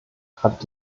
hat